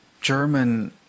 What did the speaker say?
German